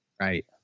right